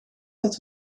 dat